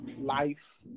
Life